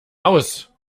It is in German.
aus